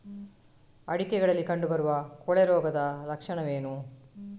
ಅಡಿಕೆಗಳಲ್ಲಿ ಕಂಡುಬರುವ ಕೊಳೆ ರೋಗದ ಲಕ್ಷಣವೇನು?